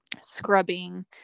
scrubbing